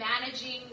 managing